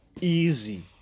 easy